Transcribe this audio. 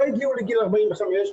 לא הגיעו לגיל 45,